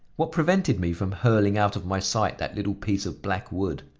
what prevented me from hurling out of my sight that little piece of black wood?